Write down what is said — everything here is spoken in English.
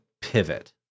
pivot